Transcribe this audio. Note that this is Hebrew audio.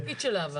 מה התפקיד שלה אבל?